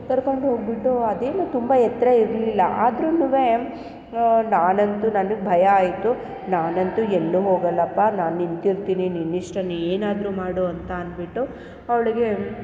ಕರ್ಕೊಂಡು ಹೋಗಿಬಿಟ್ಟು ಅದೇನು ತುಂಬ ಎತ್ತೆ ಇರಲಿಲ್ಲ ಆದ್ರೂನುವೇ ನಾನಂತೂ ನನಗೆ ಭಯ ಆಯಿತು ನಾನಂತೂ ಎಲ್ಲೂ ಹೋಗಲ್ಲಪ್ಪ ನಾನು ನಿಂತಿರ್ತೀನಿ ನಿನ್ನಿಷ್ಟ ನೀನು ಏನಾದರೂ ಮಾಡು ಅಂತ ಅಂದ್ಬಿಟ್ಟು ಅವ್ಳಿಗೆ